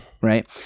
Right